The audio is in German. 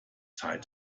zeit